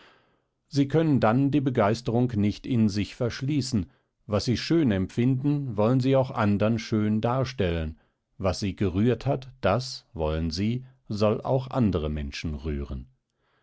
sie können dann die begeisterung nicht in sich verschließen was sie schön empfinden wollen sie auch andern schön darstellen was sie gerührt hat das wollen sie soll auch andere menschen rühren